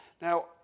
Now